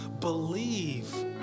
believe